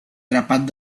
grapat